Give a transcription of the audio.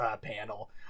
panel